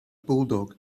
bulldog